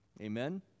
Amen